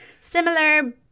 similar